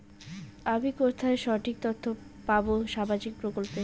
আমি কোথায় সঠিক তথ্য পাবো সামাজিক প্রকল্পের?